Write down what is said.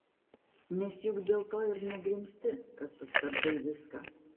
nes juk dėl to ir negrimzti kad sustabdai viską